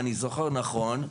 אם אני זוכר נכון,